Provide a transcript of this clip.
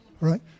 Right